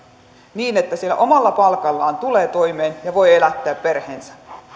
niin että sillä omalla palkallaan tulee toimeen ja voi elättää perheensä